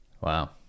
Wow